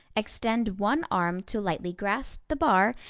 extend one arm to lightly grasp the bar,